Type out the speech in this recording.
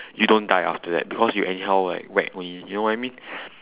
you don't die after that because you anyhow like whack only you know what I mean